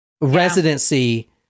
residency